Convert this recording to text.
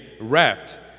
wrapped